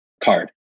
card